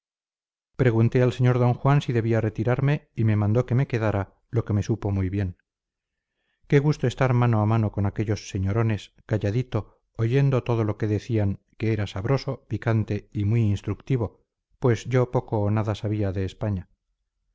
pregunté al sr d juan si debía retirarme y me mandó que me quedara lo que me supo muy bien qué gusto estar mano a mano con aquellos señorones calladito oyendo todo lo que decían que era sabroso picante y muy instructivo pues yo poco o nada sabía de españa